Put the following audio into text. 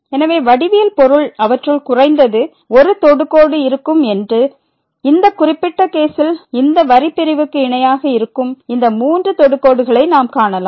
எனவே வடிவியல் பொருள் அவற்றுள் குறைந்தது ஒரு தொடுகோடு இருக்கும் என்று இந்த குறிப்பிட்ட கேசில் இந்த வரி பிரிவுக்கு இணையாக இருக்கும் இந்த மூன்று தொடுகோடுகளை நாம் காணலாம்